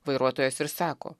vairuotojas ir sako